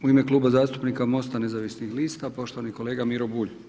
U ime Kluba zastupnika Most-a nezavisnih lista poštovani kolega Miro Bulj.